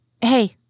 Hey